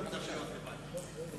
צריך החלטת ממשלה בשביל לבטל החלטת ממשלה.